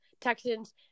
Texans